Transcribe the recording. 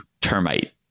termite